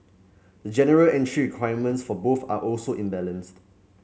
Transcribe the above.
the general entry requirements for both are also imbalanced